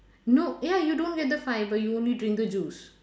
no ya you don't get the fibre you only drink the juice